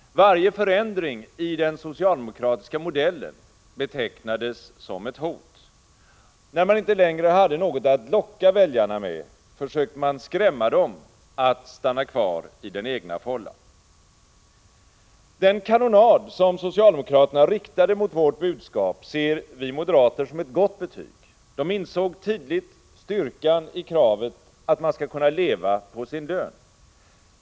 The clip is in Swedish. Varje förändring i den socialdemokratiska modellen betecknades som ett hot. När de inte längre hade något att locka väljarna med, försökte de skrämma dem att stanna kvar i den egna fållan. Den kanonad som socialdemokraterna riktade mot vårt budskap ser vi moderater som ett gott betyg. De insåg tidigt styrkan i kravet att man skall kunna leva på sin lön.